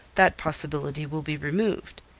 that possibility will be removed.